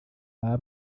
baba